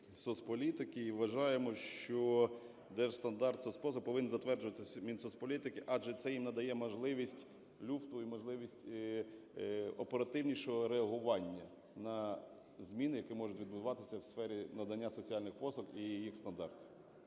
І вважаємо, що держстандарт соцпослуг повинен затверджуватися Мінсоцполітики, адже це їм надає можливість люфту і можливість оперативнішого реагування на зміни, які можуть відбуватися у сфері надання соціальних послуг і їх стандартів.